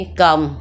công